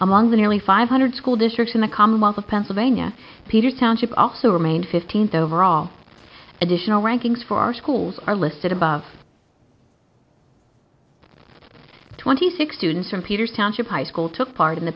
among the nearly five hundred school districts in the commonwealth of pennsylvania peter township also remained fifteenth overall additional rankings for our schools are listed above twenty six students from peter's township high school took part in the